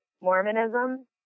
Mormonism